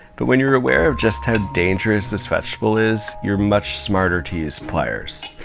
but when you're aware of just how dangerous this vegetable is, you're much smarter to use pliers.